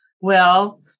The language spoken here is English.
Well-